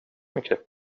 mycket